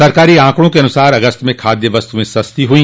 सरकारी आकड़ों के अनुसार अगस्त में खाद्य वस्तुएं सस्ती हुई